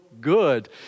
good